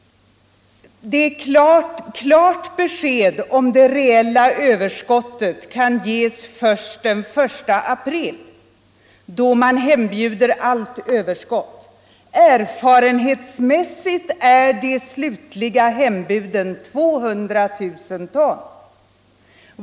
Klart besked om det reella överskottet kan ges först den 1 april då man hembjuder allt överskott. Erfarenhetsmässigt är de slutliga hembuden 200 000 ton.